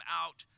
out